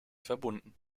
verbunden